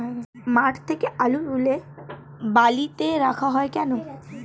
মাঠ থেকে আলু তুলে বালিতে রাখা হয় কেন?